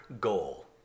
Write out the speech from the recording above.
goal